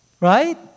Right